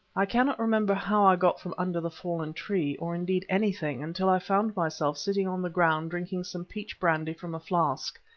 i cannot remember how i got from under the fallen tree, or indeed anything, until i found myself sitting on the ground drinking some peach brandy from a flask,